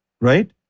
right